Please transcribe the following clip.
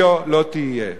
היה לא תהיה.